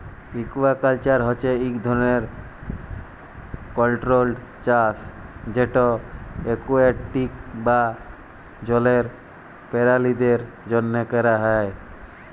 aquaculture হছে ইক ধরলের কল্ট্রোল্ড চাষ যেট একুয়াটিক বা জলের পেরালিদের জ্যনহে ক্যরা হ্যয়